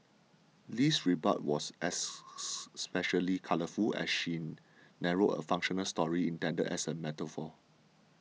Lee's rebuttal was as especially colourful as she narrated a fictional story intended as a metaphor